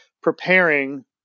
preparing